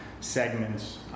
segments